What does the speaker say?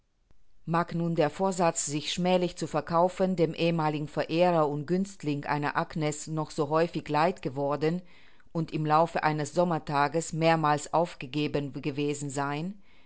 mag nun der vorsatz sich schmählich zu verkaufen dem ehemaligen verehrer und günstling einer agnes noch so häufig leid geworden und im laufe eines sommertages mehrmals aufgegeben gewesen sein